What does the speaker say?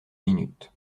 minutes